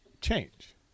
change